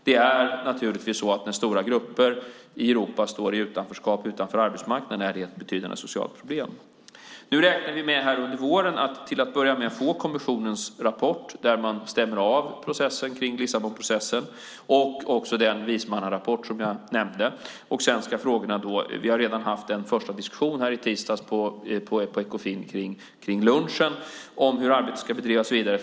När stora grupper i Europa står i utanförskap utanför arbetsmarknaden är det naturligtvis ett betydande socialt problem. Nu räknar vi med att under våren till att börja med få kommissionens rapport där man stämmer av processen kring Lissabonprocessen och den vismansrapport som jag nämnde. Vi har redan haft en första diskussion, vid lunchen på Ekofin i tisdags, om hur arbetet ska bedrivas vidare.